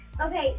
Okay